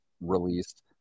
released